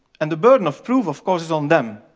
and the burden of proof, of course, is on them,